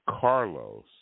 Carlos